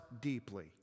deeply